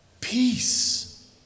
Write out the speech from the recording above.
Peace